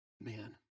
man